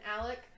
Alec